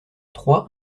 trois